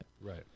Right